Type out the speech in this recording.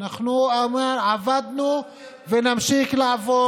אנחנו עבדנו ונמשיך לעבוד,